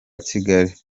kigali